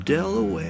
Delaware